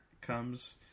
comes